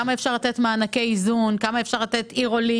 כי כמה מענקי איזון אפשר לתת וכמה אפשר לתת עיר עולים.